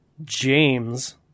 James